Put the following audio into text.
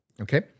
Okay